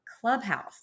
Clubhouse